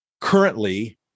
currently